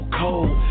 cold